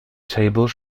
table